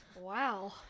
Wow